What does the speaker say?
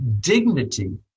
Dignity